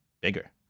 bigger